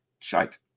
shite